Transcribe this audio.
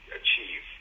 achieve